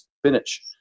spinach